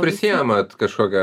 prisiemat kašokią